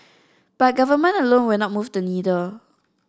but government alone will not move the needle